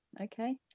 okay